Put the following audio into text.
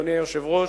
אדוני היושב-ראש,